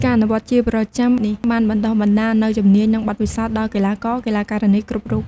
ការអនុវត្តន៍ជាប្រចាំនេះបានបណ្ដុះបណ្ដាលនូវជំនាញ និងបទពិសោធន៍ដល់កីឡាករ-កីឡាការិនីគ្រប់រូប។